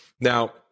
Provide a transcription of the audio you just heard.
Now